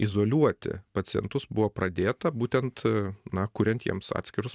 izoliuoti pacientus buvo pradėta būtent na kuriant jiems atskirus